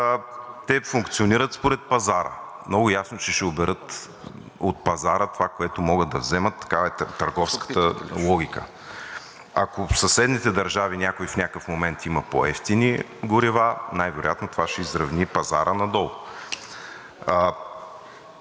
те функционират според пазара – много ясно, че ще оберат от пазара това, което могат да вземат. Такава е търговската логика. Ако от съседните държави някой в някакъв момент има по-евтини горива, най-вероятно това ще изравни пазара надолу.